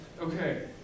Okay